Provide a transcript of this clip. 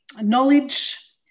knowledge